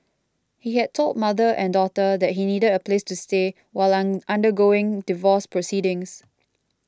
he had told mother and daughter that he needed a place to stay while undergoing divorce proceedings